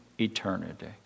eternity